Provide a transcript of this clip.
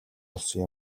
болсон